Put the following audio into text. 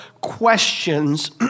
questions